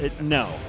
No